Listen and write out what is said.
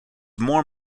more